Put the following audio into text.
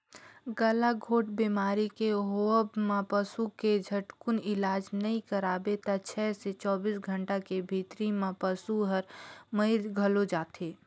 गलाघोंट बेमारी के होवब म पसू के झटकुन इलाज नई कराबे त छै से चौबीस घंटा के भीतरी में पसु हर मइर घलो जाथे